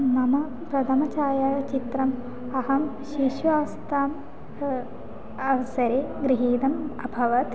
मम प्रथमछायाचित्रम् अहं शिशु अवस्थाम् अवसरे गृहीतम् अभवत्